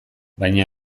baina